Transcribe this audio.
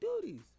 duties